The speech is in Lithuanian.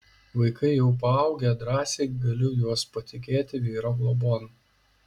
vaikai jau paaugę drąsiai galiu juos patikėti vyro globon